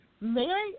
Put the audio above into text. Mary